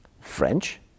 French